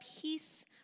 Peace